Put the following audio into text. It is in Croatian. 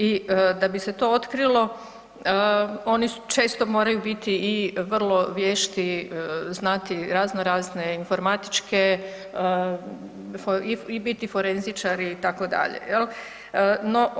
I da bi se to otkrilo oni često moraju biti i vrlo vješti, znati razno razne informatičke i biti forenzičari itd. jel.